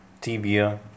tibia